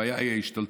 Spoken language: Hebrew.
הבעיה היא ההשתלטות,